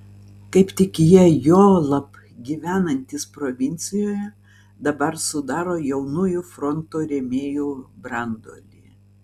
kaip tik jie juolab gyvenantys provincijoje dabar sudaro jaunųjų fronto rėmėjų branduolį